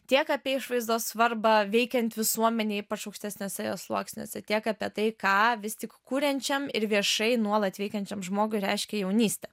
tiek apie išvaizdos svarbą veikiant visuomenėj ypač aukštesniuose jos sluoksniuose tiek apie tai ką vis tik kuriančiam ir viešai nuolat veikiančiam žmogui reiškia jaunystė